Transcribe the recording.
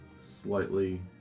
slightly